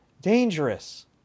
dangerous